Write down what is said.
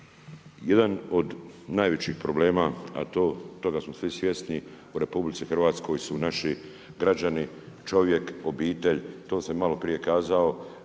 Jedan od najvećih problema a toga smo svi svjesni u RH su naši građani, čovjek, obitelj, to sam i malo prije kazao